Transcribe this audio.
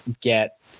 get